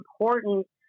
important